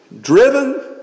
driven